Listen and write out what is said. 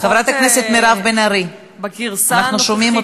חברת הכנסת מירב בן ארי, אנחנו שומעים אתכם.